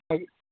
okay